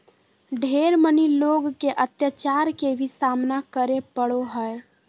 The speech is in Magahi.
ढेर मनी लोग के अत्याचार के भी सामना करे पड़ो हय